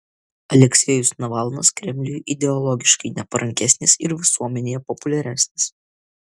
aleksejus navalnas kremliui ideologiškai neparankesnis ir visuomenėje populiaresnis